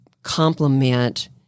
complement